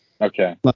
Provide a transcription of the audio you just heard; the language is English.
Okay